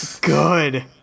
Good